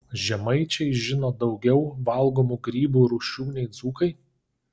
žemaičiai žino daugiau valgomų grybų rūšių nei dzūkai